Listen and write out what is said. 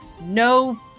no